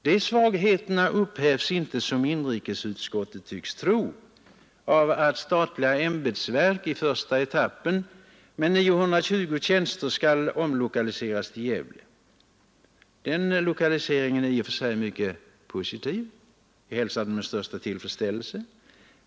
Dessa svagheter upphävs inte, som inrikesutskottet tycks tro, genom att statliga ämbetsverk i första etappen med 920 tjänster skall omlokaliseras till Gävle. Den lokaliseringen är i och för sig mycket positiv, och vi hälsar den med största tillfredsställelse.